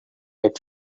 let